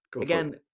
Again